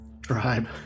Tribe